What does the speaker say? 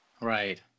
right